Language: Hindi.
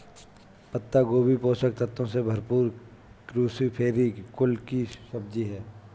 पत्ता गोभी पोषक तत्वों से भरपूर क्रूसीफेरी कुल की सब्जी है